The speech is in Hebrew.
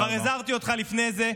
כבר הזהרתי אותך לפני זה,